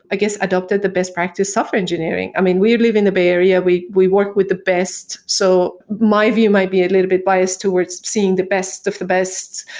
i guess, adapted the best practice software engineering. i mean, we live in the bay area. we we work with the best. so my view might be a little bit biased towards seeing the best of the best.